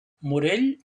morell